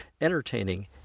entertaining